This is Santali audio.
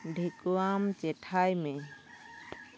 ᱰᱷᱮᱠᱩᱣᱟᱢ ᱪᱮᱴᱷᱟᱭ ᱢᱮ